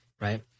right